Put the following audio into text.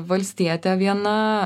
valstietė viena